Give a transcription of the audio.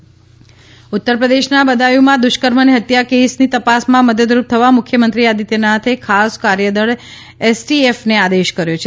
બદાયું દુષ્કર્મ ઉત્તર પ્રદેશના બદાયુમાં દુષ્કર્મ અને હત્યા કેસની તપાસમાં મદદરૂપ થવા મુખ્યમંત્રી આદિત્યનાથે ખાસ કાર્યદળ એસટીએફને આદેશ કર્યો છે